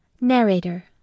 Narrator